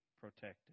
protected